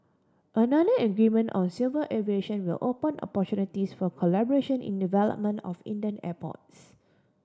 another agreement on civil aviation will open opportunities for collaboration in development of Indian airports